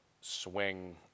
swing